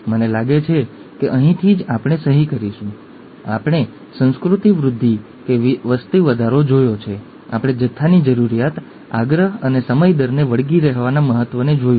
મને લાગે છે કે આ સમયે આપણે વિરામ લઈશું અને હવે પછીના લેક્ચરમાં બીજી બાબતોને આવરી લઈશું